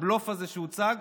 הבלוף הזה שהוצג,